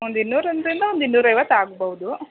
ಒಂದು ಇನ್ನೂರು ಒಂದರಿಂದ ಒಂದು ಇನ್ನೂರ ಐವತ್ತು ಆಗ್ಬೋದು